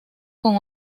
con